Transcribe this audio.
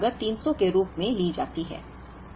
order की लागत 300 के रूप में ली जाती है